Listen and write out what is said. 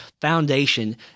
foundation